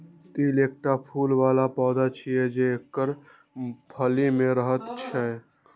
तिल एकटा फूल बला पौधा छियै, जे एकर फली मे रहैत छैक